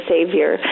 Savior